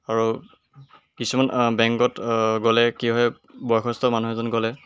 আৰু কিছুমান বেংকত গ'লে কি হয় বয়সস্থ মানুহ এজন গ'লে